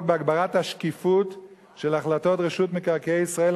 בהגברת השקיפות של החלטות רשות מקרקעי ישראל,